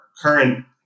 current